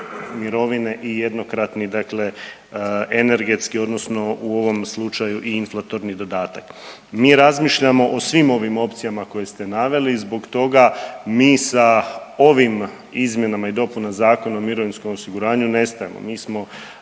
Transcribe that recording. mirovine i jednokratni dakle energetski, odnosno u ovom slučaju i inflatorni dodatak. Mi razmišljamo o svim ovim opcijama koje ste naveli, zbog toga mi sa ovim izmjenama i dopunama Zakona o mirovinskom osiguranju ne stajemo.